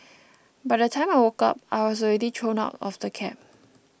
by the time I woke up I was already thrown out of the cab